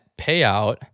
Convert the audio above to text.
payout